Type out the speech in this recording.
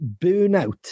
Burnout